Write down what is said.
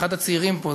אחד הצעירים פה,